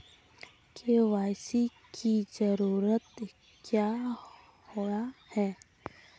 KYC की जरूरत क्याँ होय है?